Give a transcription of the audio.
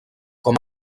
com